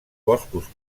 boscos